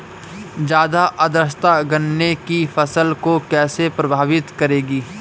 ज़्यादा आर्द्रता गन्ने की फसल को कैसे प्रभावित करेगी?